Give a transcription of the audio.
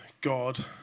God